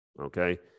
okay